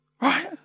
right